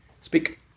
Speak